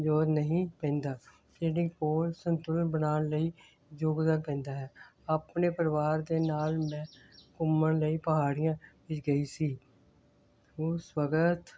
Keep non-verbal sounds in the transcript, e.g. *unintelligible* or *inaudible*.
ਜ਼ੋਰ ਨਹੀਂ ਪੈਂਦਾ *unintelligible* ਪੋਲ ਸੰਤੁਲਨ ਬਣਾਉਣ ਲਈ ਯੋਗਦਾਨ ਪੈਦਾ ਹੈ ਆਪਣੇ ਪਰਿਵਾਰ ਦੇ ਨਾਲ ਮੈਂ ਘੁੰਮਣ ਲਈ ਪਹਾੜੀਆਂ ਵਿੱਚ ਗਈ ਸੀ ਉਸ ਵਕਤ